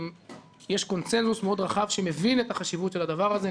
יש קונצנזוס מאוד רחב שמבין את החשיבות של הדבר הזה.